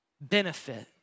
benefit